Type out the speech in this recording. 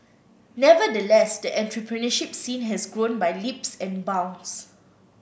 nevertheless the entrepreneurship scene has grown by leaps and bounds